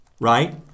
right